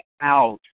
out